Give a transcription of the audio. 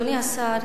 אדוני השר,